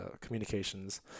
communications